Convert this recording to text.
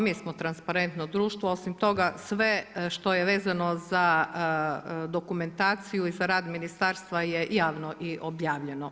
Mi smo transparentno društvo, osim toga sve što je vezano za dokumentaciju i za rad ministarstva je i javno objavljeno.